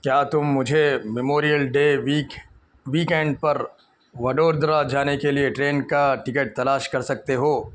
کیا تم مجھے میموریل ڈے ویک ویکینڈ پر وڈودرا جانے کے لیے ٹرین کا ٹکٹ تلاش کر سکتے ہو